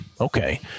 Okay